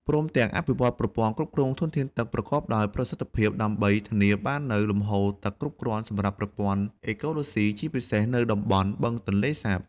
ព្រមទាំង អភិវឌ្ឍប្រព័ន្ធគ្រប់គ្រងធនធានទឹកប្រកបដោយប្រសិទ្ធភាព ដើម្បីធានាបាននូវលំហូរទឹកគ្រប់គ្រាន់សម្រាប់ប្រព័ន្ធអេកូឡូស៊ី ជាពិសេសនៅតំបន់បឹងទន្លេសាប។